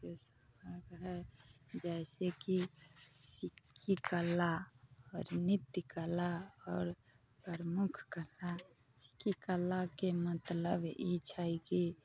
अहाॅंके जइसे कि कला आओर नृत्य कला आओर प्रमुख कला कलाके मतलब ई छै कि